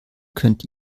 könnt